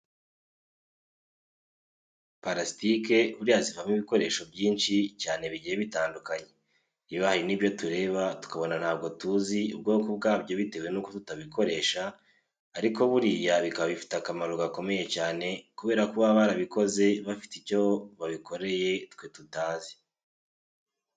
Parasitike buriya zivamo ibikoresho byinshi cyane bigiye bitadukanye, yewe hari n'ibyo tureba tukabona ntabwo tuzi ubwoko bwabyo bitewe nuko tutabikoresha, ariko buriya bikaba bifite akamaro gakomeye cyane kubera ko baba barabikoze bafite icyo babikoreye twe tutazi.